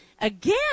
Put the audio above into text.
again